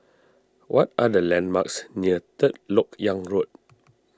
what are the landmarks near Third Lok Yang Road